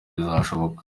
bizashoboka